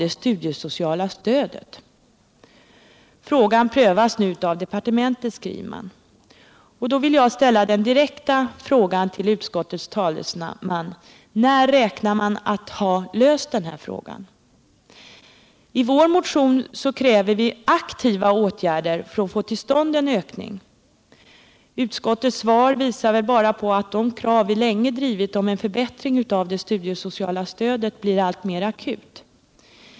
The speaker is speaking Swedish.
Det heter i utskottets skrivning att frågan nu prövas av departementet. Då vill jag ställa den direkta frågan till utskottets talesmän: När räknar man med att ha löst denna fråga? I vår motion kräver vi aktiva åtgärder för att få till stånd en ökning. Utskottets svar visar väl bara på att de krav på en förbättring av det studiesociala stödet som vi sedan länge drivit blir alltmer akuta.